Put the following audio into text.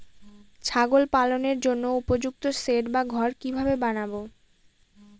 ছাগল পালনের জন্য উপযুক্ত সেড বা ঘর কিভাবে বানাবো?